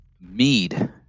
Mead